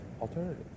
alternative